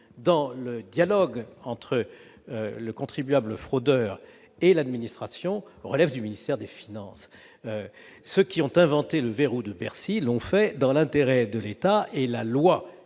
cadre du dialogue entre le contribuable fraudeur et l'administration relève donc du ministère des finances. En somme, ceux qui ont inventé le « verrou de Bercy » l'ont fait dans l'intérêt de l'État et la loi